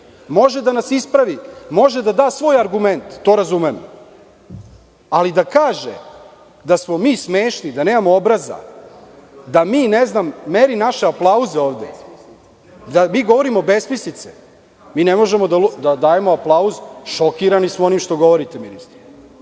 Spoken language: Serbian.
može da nas ispravi, može da da svoj argument, to razumem. Ali, da kaže da smo mi smešni, da nemamo obraza, da meri naše aplauze ovde, da mi govorimo besmislice. Mi ne možemo da dajemo aplauz, šokirani smo onim što govorite ministre.